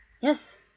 yes